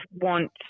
want